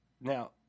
now